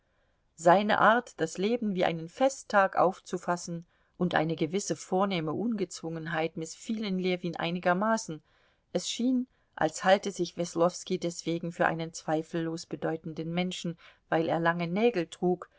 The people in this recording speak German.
seine art das leben wie einen festtag aufzufassen und eine gewisse vornehme ungezwungenheit mißfielen ljewin einigermaßen es schien als halte sich weslowski deswegen für einen zweifellos bedeutenden menschen weil er lange nägel trug